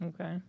Okay